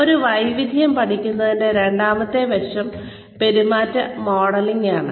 ഒരു വൈദഗ്ദ്ധ്യം പഠിക്കുന്നതിന്റെ രണ്ടാമത്തെ വശം പെരുമാറ്റ മോഡലിംഗ് ആണ്